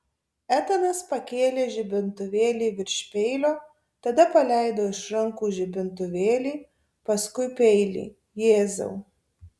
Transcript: etanas pakėlė žibintuvėlį virš peilio tada paleido iš rankų žibintuvėlį paskui peilį jėzau